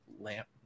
lamp